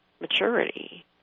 maturity